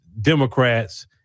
Democrats